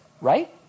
right